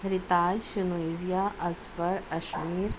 ہریتاج شنئیزیا اصفر اشمیر